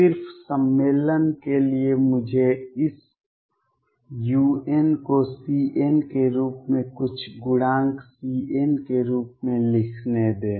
सिर्फ सम्मेलन के लिए मुझे इस un को Cn के रूप में कुछ गुणांक Cn के रूप में लिखने दें